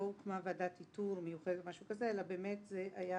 לא הוקמה ועדת איתור מיוחדת אלא באמת זה היה